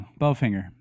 Bowfinger